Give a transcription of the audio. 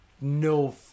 No